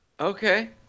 Okay